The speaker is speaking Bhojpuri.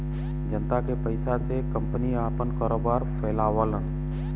जनता के पइसा से कंपनी आपन कारोबार फैलावलन